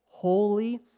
holy